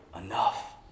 enough